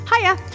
hiya